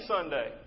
Sunday